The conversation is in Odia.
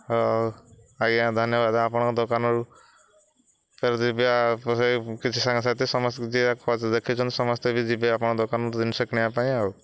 ହଉ ଆଜ୍ଞା ଧନ୍ୟବାଦ ଆପଣଙ୍କ ଦୋକାନରୁ ଫେରେ ଯିବେ ଆ ସେ କିଛି ସାଙ୍ଗସାଥି ସମସ୍ତେ ଯିବେ ଦେଖିଛନ୍ତି ସମସ୍ତେ ବି ଯିବେ ଆପଣଙ୍କ ଦୋକାନରୁ ଜିନିଷ କିଣିବା ପାଇଁ ଆଉ